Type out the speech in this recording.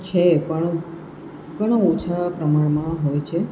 છે પણ ઘણા ઓછા પ્રમાણમાં હોય છે